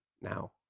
now